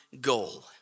goal